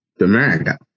America